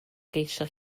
geisio